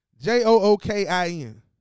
J-O-O-K-I-N